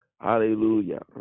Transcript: Hallelujah